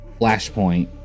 Flashpoint